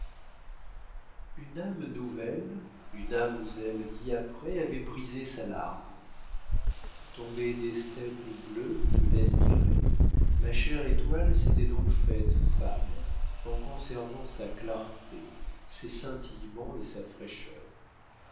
une âme nouvelle une âme aux ailes diaprées avait brisé sa larve tombée des steppes bleus où je l'admirais ma chère étoile s'était donc faite femme en conservant sa clarté ses scintillements et sa fraîcheur